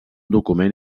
document